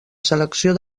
selecció